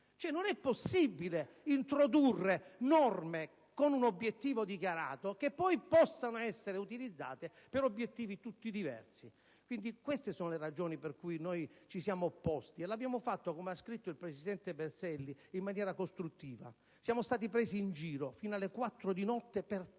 Non è possibile introdurre norme con un obiettivo dichiarato che poi possono essere utilizzate per obiettivi completamente diversi. Queste sono le ragioni per cui noi ci siamo opposti e lo abbiamo fatto, come ha scritto lo stesso presidente Berselli, in maniera costruttiva. Siamo stati presi in giro fino alle 4 di notte per tre